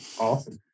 Awesome